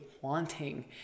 wanting